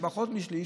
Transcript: ופחות משליש,